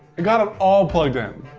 got it all plugged in.